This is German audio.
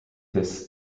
des